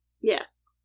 Yes